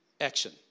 Action